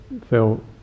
felt